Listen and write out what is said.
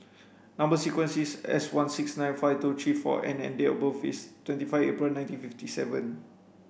number sequence is S one six nine five two three four N and date of birth is twenty five April nineteen fifty seven